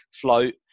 float